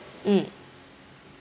mm